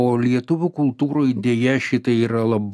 o lietuvių kultūroj deja šitai yra la